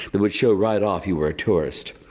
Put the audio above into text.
that would show right off you were a tourist.